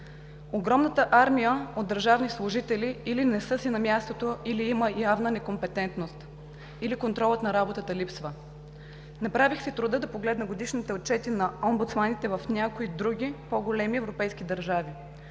Огромната армия от държавни служители или не са си на мястото, или има явна некомпетентност, или контролът на работата липсва. Направих си труда да погледна годишните отчети на омбудсманите в някои други по-големи европейски държави.